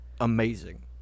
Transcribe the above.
Amazing